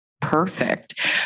perfect